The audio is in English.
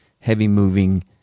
heavy-moving